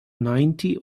ninety